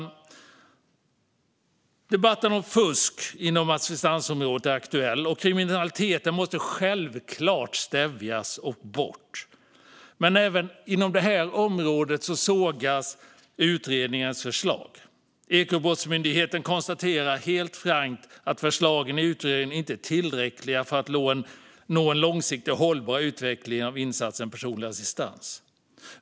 Debatten om fusk inom assistansområdet är aktuell, och kriminaliteten måste självklart stävjas och tas bort. Men även inom detta område sågas utredningens förslag. Ekobrottsmyndigheten konstaterar helt frankt att förslagen i utredningen inte är tillräckliga för att nå en långsiktigt hållbar utveckling av insatsen personlig assistans.